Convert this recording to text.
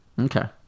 Okay